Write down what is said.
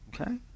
okay